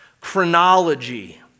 chronology